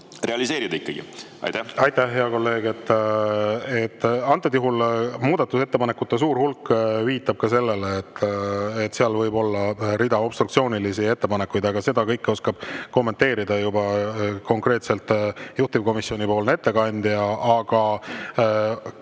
realiseerida? Aitäh, hea kolleeg! Antud juhul muudatusettepanekute suur hulk viitab ka sellele, et seal võib olla rida obstruktsioonilisi ettepanekuid. Aga seda oskab kommenteerida juba konkreetselt juhtivkomisjonipoolne ettekandja. Kui